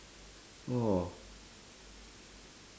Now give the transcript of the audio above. oh